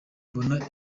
mbona